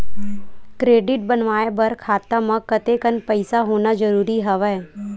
Credit बनवाय बर खाता म कतेकन पईसा होना जरूरी हवय?